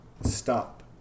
stop